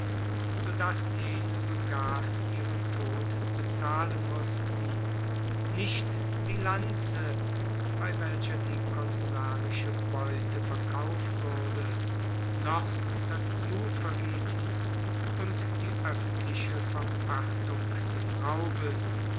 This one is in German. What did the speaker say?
so daß jene sogar ihren tod bezahlen mußten nicht die lanze bei welcher die consularische beute verkauft wurde noch das blutvergießen und die öffentliche verpachtung des raubes